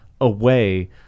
away